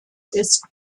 ist